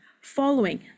following